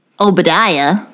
Obadiah